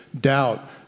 doubt